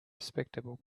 respectable